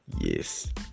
yes